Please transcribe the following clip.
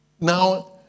Now